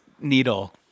Needle